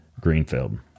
Greenfield